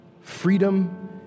Freedom